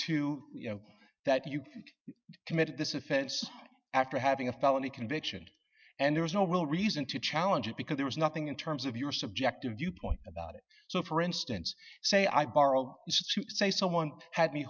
to you know that you committed this offense after having a felony conviction and there was no real reason to challenge it because there was nothing in terms of your subjective viewpoint about it so for instance say i borrow say someone had me